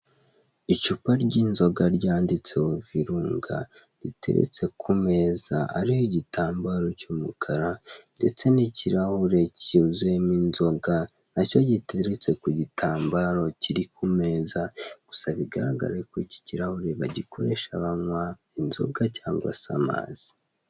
Icupa ry'inzoga ryanditseho virunga riteretse ku meza ariho igitambaro cy'umukara ndetse n'ikirahure, cyuzuyemo inzoga nacyo giteretse ku gitambaro kiri ku meza gusa bigaragara ko iki kirahure bagikoresha banywa inzoga cyangwa se amazi.